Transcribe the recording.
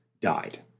died